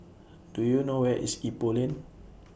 Do YOU know Where IS Ipoh Lane